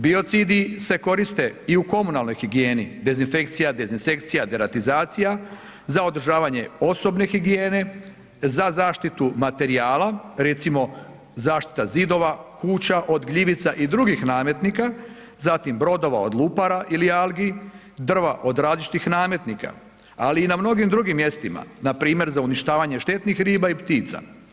Biocidi se koriste i u komunalnoj higijeni, dezinfekcija, dezinsekcija, deratizacija, za održavanje osobne higijene, za zaštitu materijala, recimo zaštita zidova kuća od gljivica i drugih nametnika, zatim brodova od lupara ili algi, drva od različitih nametnika, ali i na mnogim drugim mjestima npr. za uništavanje štetnih riba i ptica.